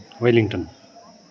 Wellington